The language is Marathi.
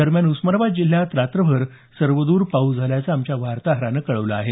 दरम्यान उस्मानाबाद जिल्ह्यात रात्रभर सर्वदर पाऊस झाल्याचं आमच्या वार्ताहरानं कळवलं आहे